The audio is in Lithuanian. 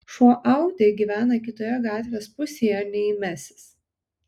šuo audi gyvena kitoje gatvės pusėje nei mesis